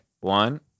One